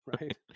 Right